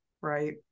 right